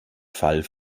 fall